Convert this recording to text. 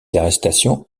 arrestations